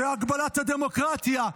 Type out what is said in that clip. זו הגבלת הדמוקרטיה.